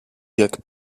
jak